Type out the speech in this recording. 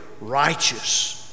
righteous